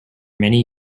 many